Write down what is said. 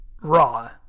raw